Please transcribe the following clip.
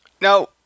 Now